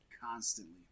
Constantly